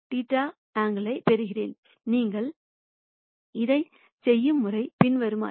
இப்போது நீங்கள் இதைச் செய்யும் முறை பின்வருமாறு